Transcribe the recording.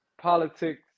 politics